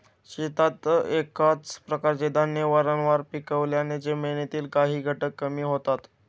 शेतात एकाच प्रकारचे धान्य वारंवार पिकवल्याने जमिनीतील काही घटक कमी होतात